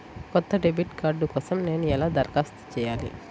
కొత్త debit card కోసం నేను ఎలా దరఖాస్తు చేయాలి?